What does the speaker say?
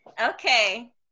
Okay